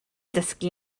dysgu